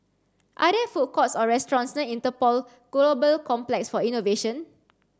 are there food courts or restaurants near Interpol Global Complex for Innovation